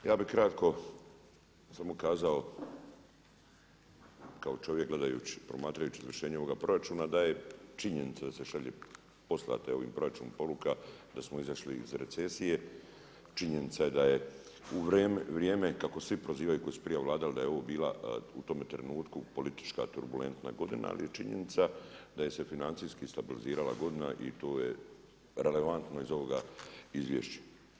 Ja bi kratko samo kazao kao čovjek gledajući, promatrajući izvršenje ovoga proračuna da je činjenica da se šalje poslata je ovim proračunom poruka da smo izašli iz recesije, činjenica je da je u vrijeme kako svi prozivaju koji su prije vladali da je ovo bila u tome trenutku politička turbulentna godina, ali je činjenica da je se financijski stabilizirala godina i to je relevantno iz ovoga izvješća.